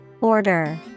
Order